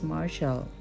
Marshall